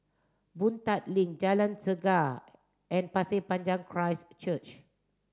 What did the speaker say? Boon Tat Link Jalan Chegar and Pasir Panjang Christ Church